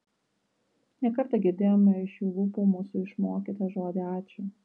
ne kartą girdėjome iš jų lūpų mūsų išmokytą žodį ačiū